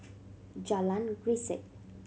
Jalan Grisek